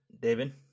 David